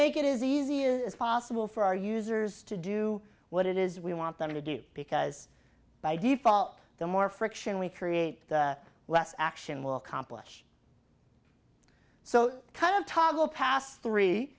make it is easy is possible for our users to do what it is we want them to do because by default the more friction we create the less action will accomplish so kind of toggle past three